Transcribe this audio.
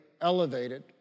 elevated